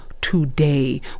today